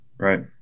Right